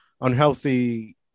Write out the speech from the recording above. unhealthy